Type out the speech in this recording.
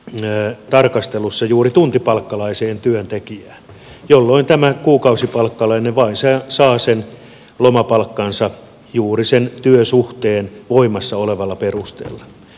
epätasapainoisessa tarkastelussa juuri suhteessa tuntipalkkalaiseen työntekijään jolloin tämä kuukausipalkkalainen saa sen lomapalkkansa vain juuri sen voimassa olevan työsuhteen perusteella